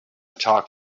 talk